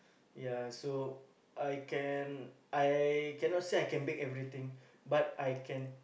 ya so I can I cannot say I can bake everything but I can